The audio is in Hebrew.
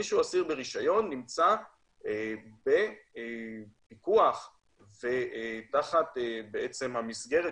מיש הוא אסיר ברישיון נמצא בפיקוח תחת המסגרת